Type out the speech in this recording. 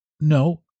no